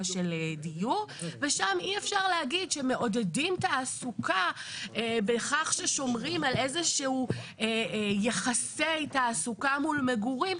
אי אפשר להגיד שמעודדים תעסוקה בכך ששומרים על יחסי תעסוקה מול מגורים,